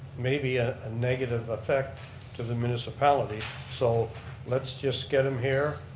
maybe a negative effect to the municipality, so let's just get him here,